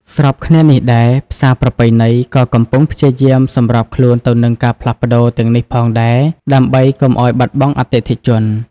ស្របគ្នានេះដែរ ផ្សារប្រពៃណី ក៏កំពុងព្យាយាមសម្របខ្លួនទៅនឹងការផ្លាស់ប្តូរទាំងនេះផងដែរ ដើម្បីកុំឲ្យបាត់បង់អតិថិជន។